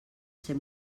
ser